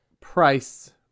price